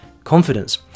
Confidence